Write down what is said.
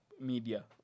media